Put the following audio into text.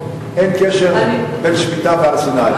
אין קשר בין שמיטה להר-סיני.